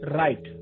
right